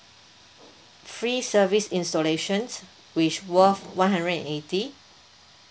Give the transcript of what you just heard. free service installations which worth one hundred and eighty